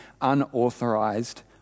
unauthorized